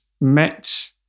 met